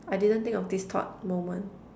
I didn't think of this thought moment